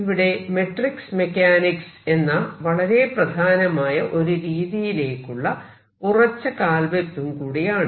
ഇവിടെ metric mechanics എന്ന വളരെ പ്രധാനമായ ഒരു രീതിയിലേക്കുള്ള ഉറച്ച കാൽവെപ്പും കൂടിയാണ്